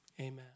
amen